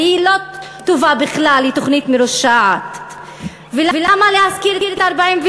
והיא לא טובה בכלל, היא תוכנית מרושעת.